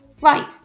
Right